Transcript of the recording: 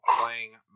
playing